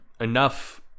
enough